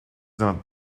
not